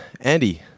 Andy